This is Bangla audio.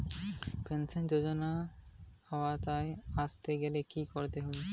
পেনশন যজোনার আওতায় আসতে গেলে কি করতে হবে?